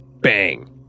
bang